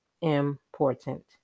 important